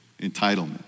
entitlement